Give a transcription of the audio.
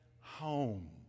home